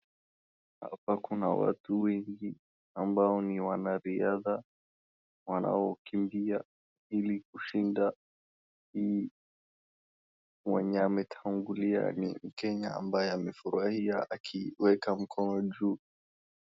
Hapa kuna watu wengi ambao ni wanariadha wanaokimbia ili kushinda. Mwenye ametangulia ni mkenya ambaye amefurahia akiweka mkono juu.